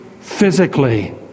physically